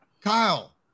Kyle